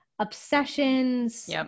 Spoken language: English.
obsessions